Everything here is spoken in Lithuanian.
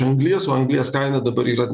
anglies o anglies kaina dabar yra